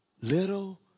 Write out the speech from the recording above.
little